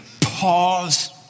Pause